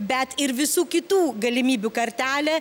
bet ir visų kitų galimybių kartelę